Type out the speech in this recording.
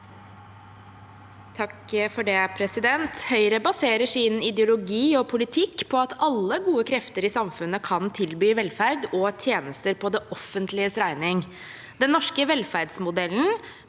Molberg (H) Høyre baserer sin ideologi og politikk på at alle gode krefter i samfunnet kan tilby velferd og tjenester på det offentliges regning. Den norske velferdsmodellen